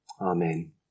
Amen